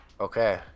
Okay